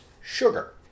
sugar